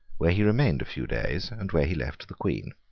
where he remained a few days, and where he left the queen.